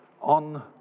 on